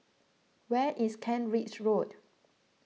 where is Kent Ridge Road